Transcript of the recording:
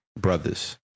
Brothers